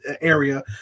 area